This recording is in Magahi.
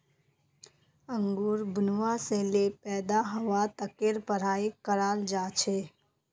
अंगूर बुनवा से ले पैदा हवा तकेर पढ़ाई कराल जा छे